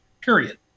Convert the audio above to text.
period